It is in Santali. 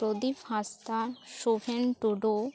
ᱯᱨᱚᱫᱤᱯ ᱦᱟᱸᱥᱫᱟ ᱥᱳᱵᱷᱮᱱ ᱴᱩᱰᱩ